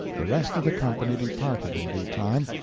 the rest of the company departed in due time,